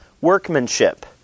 workmanship